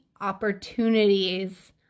opportunities